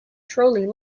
trolley